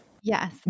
Yes